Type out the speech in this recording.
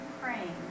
praying